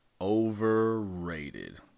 overrated